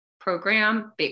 program